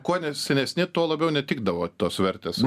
kuo senesni tuo labiau netikdavo tos vertės